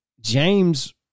James